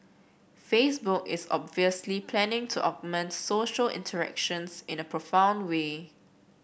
Facebook is obviously planning to augment social interactions in a profound way